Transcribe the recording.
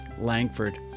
langford